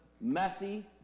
messy